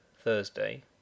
Thursday